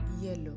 yellow